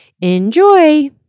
Enjoy